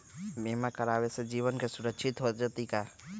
बीमा करावे से जीवन के सुरक्षित हो जतई?